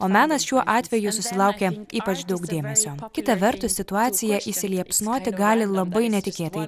o menas šiuo atveju susilaukė ypač daug dėmesio kita vertus situacija įsiliepsnoti gali labai netikėtai